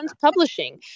Publishing